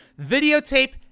Videotape